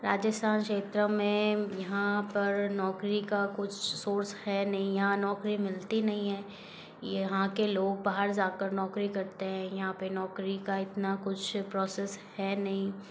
राजस्थान क्षेत्र में यहाँ पर नौकरी का कुछ सोर्स है नहीं या नौकरी मिलती नहीं है यहाँ के लोग बाहर जाकर नौकरी करते हैं यहाँ पर नौकरी का इतना कुछ प्रोसेस है नहीं